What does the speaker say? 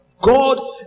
God